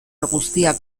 guztiak